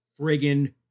friggin